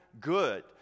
good